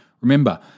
Remember